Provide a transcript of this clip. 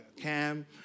Cam